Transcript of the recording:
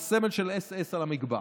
וסמל של אס.אס על המגבעת.